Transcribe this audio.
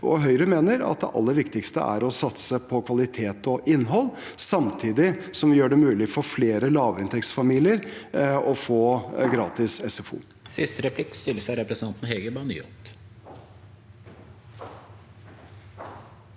Høyre mener at det aller viktigste er å satse på kvalitet og innhold, samtidig som vi gjør det mulig for flere lavinntektsfamilier å få gratis SFO.